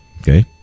Okay